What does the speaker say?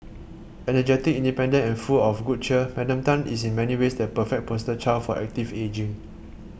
energetic independent and full of good cheer Madam Tan is in many ways the perfect poster child for active ageing